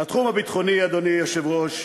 בתחום הביטחוני, אדוני היושב-ראש,